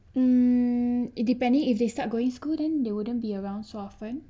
mm it depending if they start going school then they wouldn't be around so often